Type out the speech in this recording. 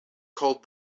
called